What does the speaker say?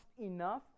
enough